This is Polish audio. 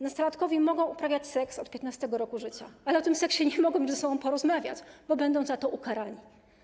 Nastolatkowie mogą uprawiać seks od 15. roku życia, ale o tym seksie nie mogą już ze sobą porozmawiać, bo będą za to ukarani.